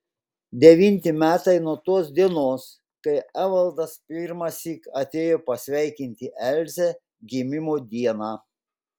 devinti metai nuo tos dienos kai evaldas pirmąsyk atėjo pasveikinti elzę gimimo dieną